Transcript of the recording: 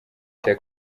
cya